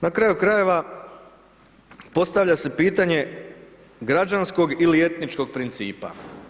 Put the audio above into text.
Na kraju krajeva, postavlja se pitanja građanskog ili etničkog principa.